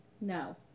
No